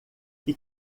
que